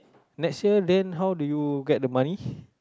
next year then how do you get the money